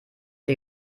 ich